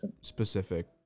specific